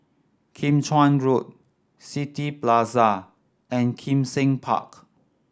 Kim Chuan Road City Plaza and Kim Seng Park